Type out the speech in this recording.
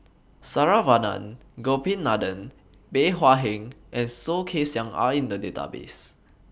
Saravanan Gopinathan Bey Hua Heng and Soh Kay Siang Are in The Database